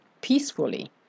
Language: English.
peacefully